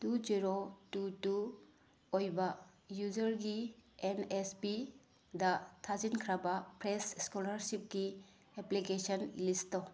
two zero two two ꯑꯣꯏꯕ ꯌꯨꯖꯔꯒꯤ N S ꯄꯤꯗ ꯊꯥꯖꯤꯟꯈ꯭ꯔꯕ ꯐ꯭ꯔꯦꯁ ꯁ꯭ꯀꯣꯂꯔꯁꯤꯞꯀꯤ ꯑꯦꯄ꯭ꯂꯤꯀꯦꯁꯟ ꯂꯤꯁ ꯇꯧ